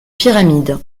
pyramides